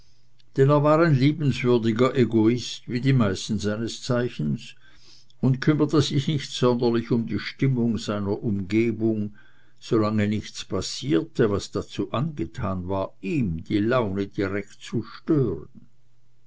er war ein liebenswürdiger egoist wie die meisten seines zeichens und kümmerte sich nicht sonderlich um die stimmung seiner umgebung solange nichts passierte was dazu angetan war ihm die laune direkt zu stören